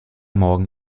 morgen